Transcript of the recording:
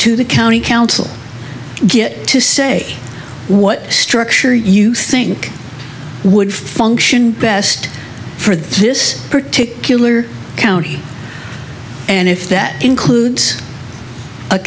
to the county council get to say what structure you think would function best for this particular county and if that includes